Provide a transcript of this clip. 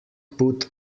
put